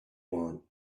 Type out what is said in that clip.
want